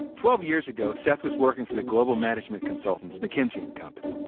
twelve years ago, seth was working for the global management consultants mckinsey and company.